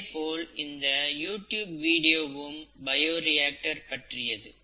அதேபோல் இந்த YouTube வீடியோவும் பயோரியாக்டர் பற்றியது